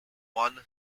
one